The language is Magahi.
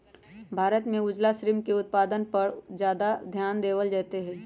भारत में उजला श्रिम्फ के उत्पादन पर ज्यादा ध्यान देवल जयते हई